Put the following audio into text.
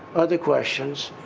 other questions.